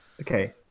Okay